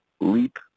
leap